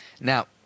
Now